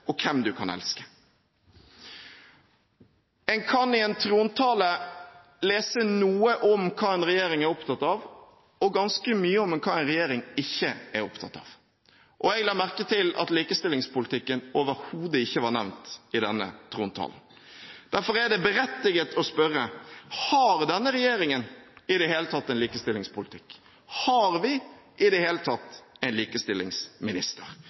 og hvem du kan elske. En kan i en trontale lese noe om hva en regjering er opptatt av, og ganske mye om hva en regjering ikke er opptatt av. Jeg la merke til at likestillingspolitikken overhodet ikke var nevnt i denne trontalen. Derfor er det berettiget å spørre: Har denne regjeringen i det hele tatt en likestillingspolitikk? Har vi i det hele tatt en likestillingsminister?